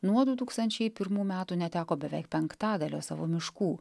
nuo du tūkstančiai pirmų metų neteko beveik penktadalio savo miškų